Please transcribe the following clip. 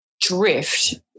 Drift